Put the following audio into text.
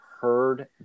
heard